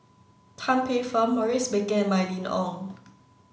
Tan Paey Fern Maurice Baker and Mylene Ong